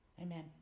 Amen